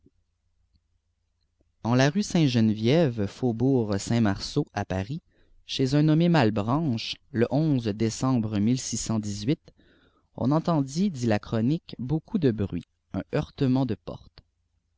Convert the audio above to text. en la rue saint n îw ttrg'aiflt marceau à paris chez un nommé malletranche le h décembre on entendit dit la chronique beaucoup de bruit un heurtement de prte